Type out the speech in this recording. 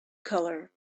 color